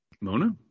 mona